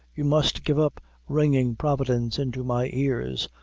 you must give up ringing providence into my ears,